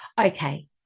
okay